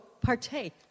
partake